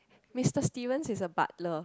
Mr Stevens is a butler